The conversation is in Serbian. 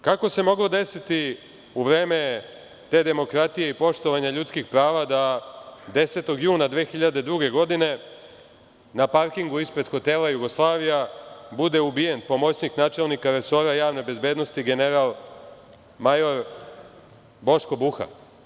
Kako se moglo desiti u vreme te demokratije i poštovanja ljudskih prava da 10. juna 2002. godine na parkingu ispred hotela „Jugoslavija“ bude ubijen pomoćnik načelnika resora javne bezbednosti general major Boško Buha?